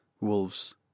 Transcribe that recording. Wolves